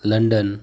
London